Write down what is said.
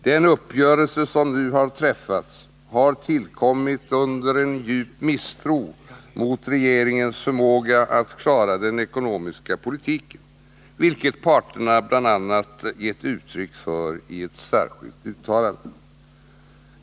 Den uppgörelse som nu har träffats har tillkommit under djup misstro mot regeringens förmåga att klara den ekonomiska politiken, vilket parterna bl.a. gett uttryck för i ett särskilt uttalande.